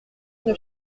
une